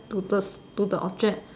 to the to the object